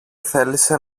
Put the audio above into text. θέλησε